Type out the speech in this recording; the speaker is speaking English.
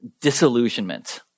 disillusionment